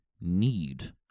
need